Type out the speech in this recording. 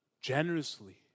generously